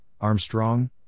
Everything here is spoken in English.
Armstrong